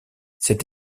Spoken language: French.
cette